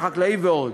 החקלאי ועוד.